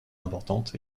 importante